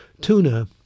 tuna